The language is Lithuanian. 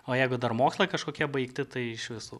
o jeigu dar mokslai kažkokie baigti tai iš vis